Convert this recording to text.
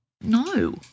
No